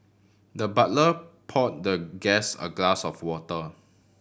the butler pour the guest a glass of water